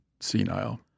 senile